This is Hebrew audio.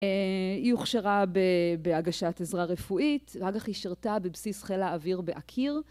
היא הוכשרה בהגשת עזרה רפואית והגחי שרתה בבסיס חיל האוויר בעקיר.